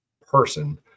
person